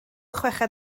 chweched